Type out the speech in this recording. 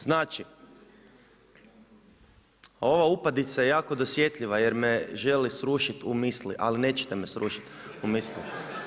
Znači, ova upadica je jako dosjetljiva jer me želi srušiti u misli, ali nećete me srušiti u mislima.